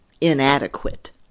inadequate